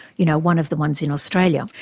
you know, one of the ones in australia.